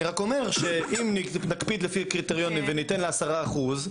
אני רק אומר שאם נקפיד לפי הקריטריונים וניתן לעשרה אחוזים,